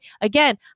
Again